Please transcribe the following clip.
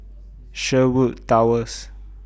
Sherwood Towers